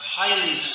highly